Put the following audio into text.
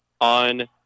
on